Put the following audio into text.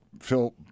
Phil